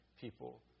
people